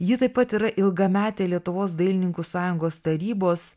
ji taip pat yra ilgametė lietuvos dailininkų sąjungos tarybos